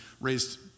raised